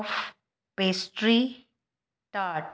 pastry tart